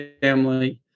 family